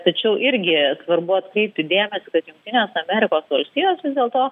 tačiau irgi svarbu atkreipti dėmesį kad jungtinės amerikos valstijos vis dėlto